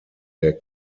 der